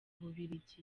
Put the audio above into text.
bubiligi